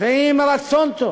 ועם רצון טוב